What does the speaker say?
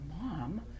mom